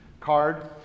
card